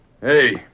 Hey